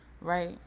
Right